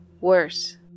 worse